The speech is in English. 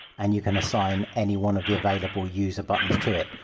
and you can assign any one of the available user buttons to it.